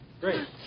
Great